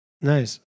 nice